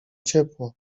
ciepło